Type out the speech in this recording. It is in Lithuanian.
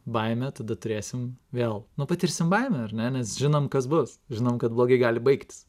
baimę tada turėsim vėl nu patirsim baimę ar ne nes žinom kas bus žinom kad blogai gali baigtis